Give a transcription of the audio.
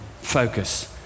focus